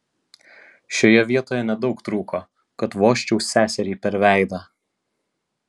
šioje vietoje nedaug trūko kad vožčiau seseriai per veidą